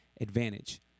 advantage